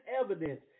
evidence